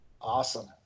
Awesome